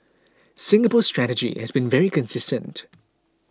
Singapore's strategy has been very consistent